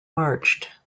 marched